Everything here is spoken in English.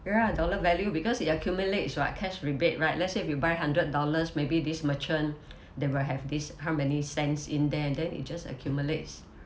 ya dollar value because it accumulates [what] cash rebate right let's say if you buy hundred dollars maybe this merchant that will have this how many cents in there and then it just accumulates